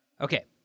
Okay